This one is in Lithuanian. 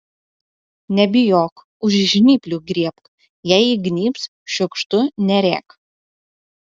nebijok už žnyplių griebk jei įgnybs šiukštu nerėk